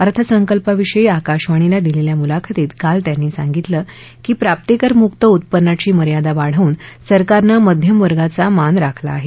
अर्थसंकल्पाविषयी आकाशवाणीला दिलेल्या मुलाखतीत काल त्यांनी सांगितलं की प्राप्तीकर मुक्त उत्पन्नाची मर्यादा वाढवून सरकारनं मध्यमवर्गाचा मान राखला आहे